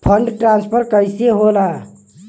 Fund transfer कैसे होला?